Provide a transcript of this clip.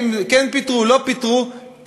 אם כן פיטרו או לא פיטרו,